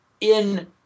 in-